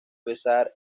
besar